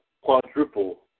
quadruple